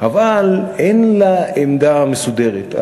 אבל אין לה עמדה מסודרת.